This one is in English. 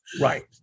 right